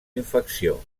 infecció